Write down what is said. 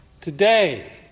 Today